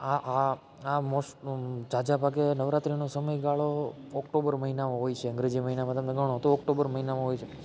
આ આ આ ઝાઝા ભાગે નવરાત્રિનો સમયગાળો ઓક્ટોબર મહિનામાં હોય છે અંગ્રેજી મહિનામાં તમે ગણો તો ઓક્ટોબર મહિનામાં હોય છે